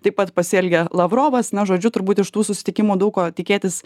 taip pat pasielgė lavrovas na žodžiu turbūt iš tų susitikimų daug ko tikėtis